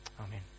Amen